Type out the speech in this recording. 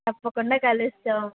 తప్పకుండా కలుస్తాము